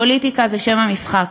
פוליטיקה זה שם המשחק,